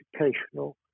educational